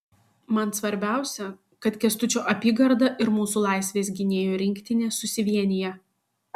man svarbiausia kad kęstučio apygarda ir mūsų laisvės gynėjų rinktinė susivienija